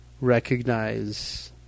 recognize